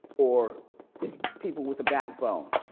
or people with a backbone.